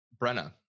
Brenna